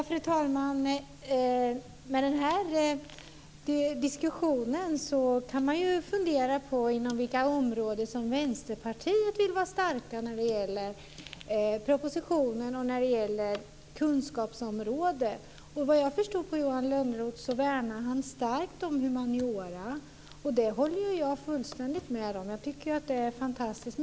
Fru talman! Med den här diskussionen kan man ju fundera på inom vilka områden som Vänsterpartiet vill vara starkt när det gäller propositionen och när det gäller kunskapsområdet. Vad jag förstod av Johan Lönnroth värnade han starkt om humaniora. Det håller jag fullständigt med om; jag tycker att det är fantastiskt.